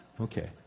Okay